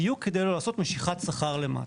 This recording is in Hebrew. בדיוק בשביל לא לעשות משיכת שכר למטה.